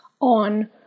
on